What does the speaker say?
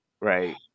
right